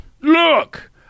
look